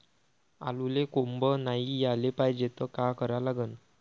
आलूले कोंब नाई याले पायजे त का करा लागन?